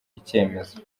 icyemezo